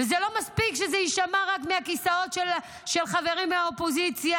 וזה לא מספיק שזה יישמע רק מהכיסאות של חברים מהאופוזיציה.